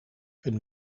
een